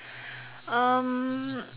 um